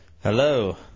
Hello